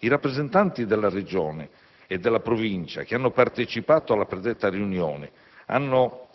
I rappresentanti della Regione e della Provincia che hanno partecipato alla predetta riunione hanno